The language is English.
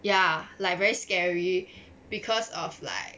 ya like very scary because of like